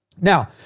Now